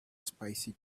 spicy